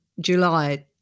july